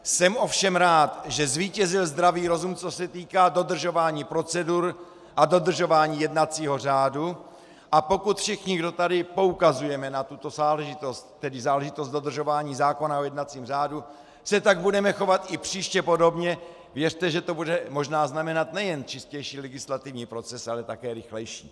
Jsem ovšem rád, že zvítězil zdravý rozum, co se týká dodržování procedur a dodržování jednacího řádu, a pokud všichni, kdo tady poukazujeme na tuto záležitost, tedy záležitost dodržování zákona o jednacím řádu, se tak budeme chovat i příště podobně, věřte, že to bude možná znamenat nejen čistější legislativní proces, ale také rychlejší.